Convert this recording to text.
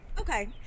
Okay